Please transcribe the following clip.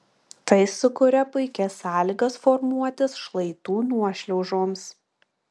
tai sukuria puikias sąlygas formuotis šlaitų nuošliaužoms